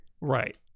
Right